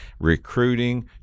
recruiting